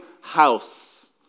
house